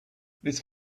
this